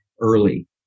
early